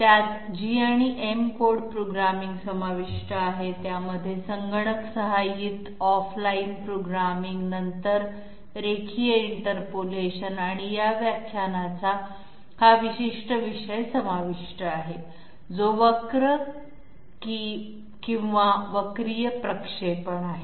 त्यात G आणि M code programming समाविष्ट आहे त्यामध्ये संगणक सहाय्यित ऑफ लाइन प्रोग्रामिंग नंतर रेखीय इंटरपोलेशन आणि या व्याख्यानाचा हा विशिष्ट विषय समाविष्ट आहे जो कर्वीलिनीअर की वक्रीय प्रक्षेपण आहे